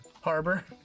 harbor